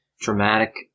dramatic